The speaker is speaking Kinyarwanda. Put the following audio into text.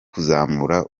kuzamura